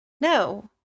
no